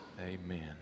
Amen